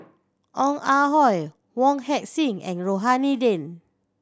Ong Ah Hoi Wong Heck Sing and Rohani Din